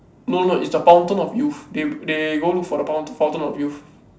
no no is the fountain of youth they they go look for the foun~ fountain of youth